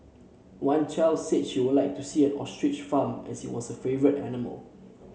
one child said she would like to see an ostrich farm as it was her favourite animal